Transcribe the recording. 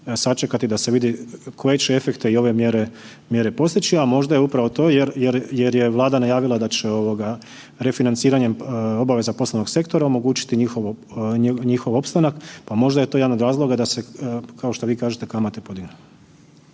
sačekati da se vidi koje će efekte i ove mjere postići, a možda je upravo to jer je Vlada najavila da će ovoga refinanciranja obaveza poslovnog sektora omogućiti njihov opstanak, pa možda je to jedan od razloga da se kao što vi kažete kamate podijele.